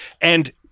And-